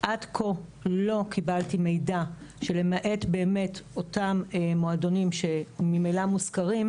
עד כה לא קיבלתי מידע שלמעט באמת אותם מועדונים שממילא מוזכרים,